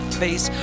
face